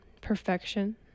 perfection